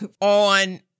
on